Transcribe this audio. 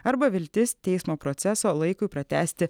arba viltis teismo proceso laikui pratęsti